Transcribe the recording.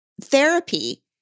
Therapy